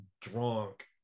drunk